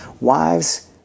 Wives